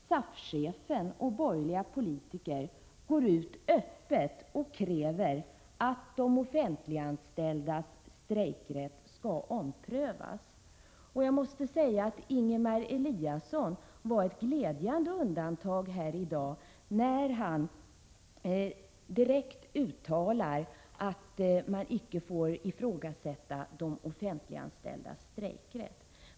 SAF-chefen och borgerliga politiker går ut öppet och kräver att de offentliganställdas strejkrätt skall omprövas. Jag måste säga att Ingemar Eliasson var ett glädjande undantag när han här i dag direkt uttalade att man icke får ifrågasätta de offentliganställdas strejkrätt.